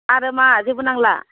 आरो मा जेबो नांला